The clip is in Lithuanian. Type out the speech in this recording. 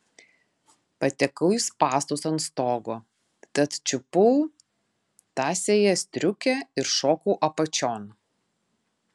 patekau į spąstus ant stogo tad čiupau tąsiąją striukę ir šokau apačion